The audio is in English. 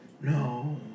No